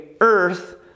earth